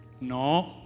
No